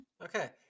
Okay